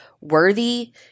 worthy